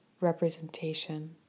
representation